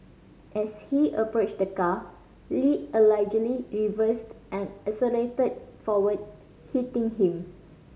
as he approached the car Lee allegedly reversed and accelerated forward hitting him